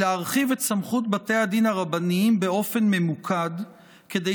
היא להרחיב את סמכות בתי הדין הרבניים באופן ממוקד כדי